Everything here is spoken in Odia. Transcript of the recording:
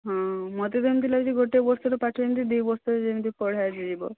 ହଁ ମୋତେ ତ ଏମିତି ଲାଗୁଛି ଗୋଟିଏ ବର୍ଷର ପାଠ ଯେମିତି ଦୁଇ ବର୍ଷରେ ଯେମିତି ପଢ଼ାଯିବ